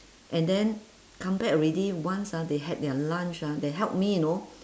and then come back already once ah they had their lunch ah they help me know